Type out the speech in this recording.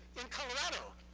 in colorado,